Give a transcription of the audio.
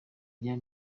rya